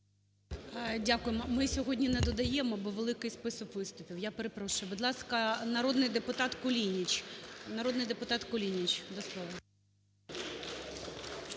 Дякуємо. Ми сьогодні не додаємо, бо великий список виступів. Я перепрошую. Будь ласка, народний депутатКулініч. Народний депутат Кулініч, до слова.